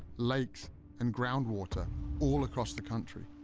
lakes and groundwater all across the country.